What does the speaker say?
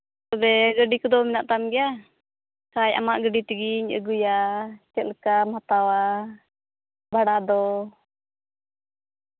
ᱛᱚᱵᱮ ᱜᱟᱹᱰᱤ ᱠᱚᱫᱚ ᱢᱮᱱᱟᱜ ᱛᱟᱢ ᱜᱮᱭᱟ ᱵᱟᱠᱷᱟᱱ ᱟᱢᱟᱜ ᱜᱟᱹᱰᱤ ᱛᱮᱜᱮᱧ ᱟᱹᱜᱩᱭᱟ ᱪᱮᱫᱞᱮᱠᱟᱢ ᱦᱟᱛᱟᱣᱟ ᱵᱷᱟᱲᱟ ᱫᱚ